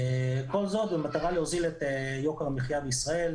כל זאת במטרה להוזיל את יוקר המחייה בישראל,